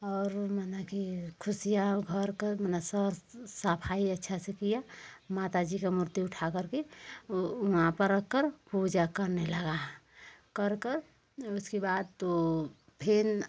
और माना की खुशियाँ भरकर माना सब सफ़ाई अच्छा से किया माताजी का मूर्ति उठाकर के वहाँ पर रखकर पूजा करने लगा करकर उसके बाद तो फिर